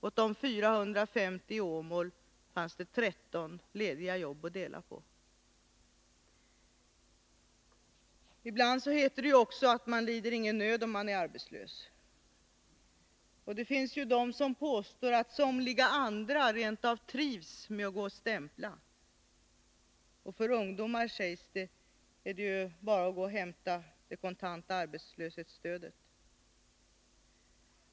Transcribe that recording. Åt de 450 i Åmål fanns det 13 lediga jobb att dela på. Ibland heter det ju också att man lider ingen nöd om man är arbetslös. Det finns de som påstår att somliga andra rent av trivs med att gå och stämpla. Och för ungdomar, sägs det, är det ju bara att gå och hämta det kontanta arbetslöshetsstödet.